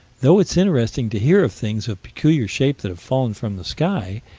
though it's interesting to hear of things of peculiar shape that have fallen from the sky,